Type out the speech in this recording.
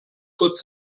gott